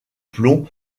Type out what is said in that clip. plomb